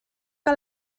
que